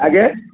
ଆଜ୍ଞା